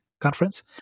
conference